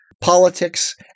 politics